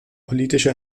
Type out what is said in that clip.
politische